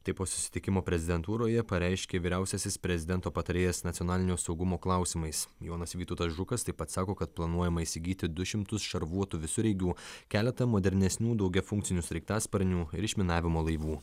tai po susitikimo prezidentūroje pareiškė vyriausiasis prezidento patarėjas nacionalinio saugumo klausimais jonas vytautas žukas taip pat sako kad planuojama įsigyti du šimtus šarvuotų visureigių keletą modernesnių daugiafunkcinių sraigtasparnių ir išminavimo laivų